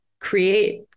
create